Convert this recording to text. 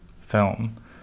film